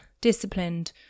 disciplined